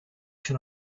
się